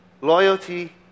loyalty